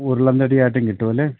ഉരുളൻ തടി ആയിട്ടും കിട്ടുമല്ലേ